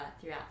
throughout